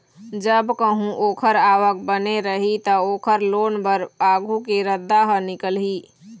जब कहूँ ओखर आवक बने रही त, ओखर लोन बर आघु के रद्दा ह निकलही